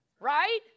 right